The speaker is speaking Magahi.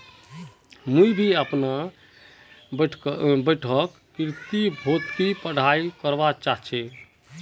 मुई भी अपना बैठक कृषि भौतिकी पढ़ाई करवा चा छी